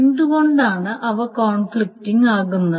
എന്തുകൊണ്ടാണ് അവ കോൺഫ്ലിക്റ്റിംഗ് ആകുന്നത്